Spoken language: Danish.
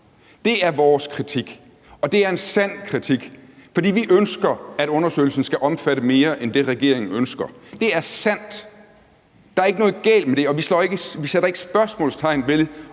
Det er vores kritik, og det er en sand kritik, fordi vi ønsker, at undersøgelsen skal omfatte mere end det, som regeringen ønsker. Det er sandt, der er ikke noget galt med det, og vi sætter ikke spørgsmålstegn ved,